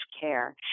care